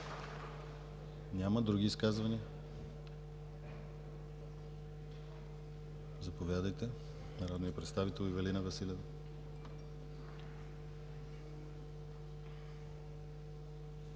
Няма. Други изказвания? Заповядайте – народният представител Ивелина Василева.